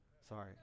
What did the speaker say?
Sorry